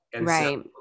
Right